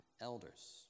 elders